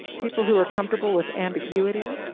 people who are comfortable with ambiguity,